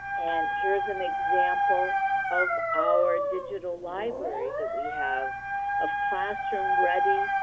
and here is an example of our digital library that we have of classroom-ready,